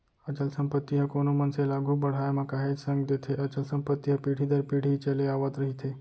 अचल संपत्ति ह कोनो मनसे ल आघू बड़हाय म काहेच संग देथे अचल संपत्ति ह पीढ़ी दर पीढ़ी चले आवत रहिथे